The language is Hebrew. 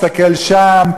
מסתכל שם,